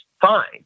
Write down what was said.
fine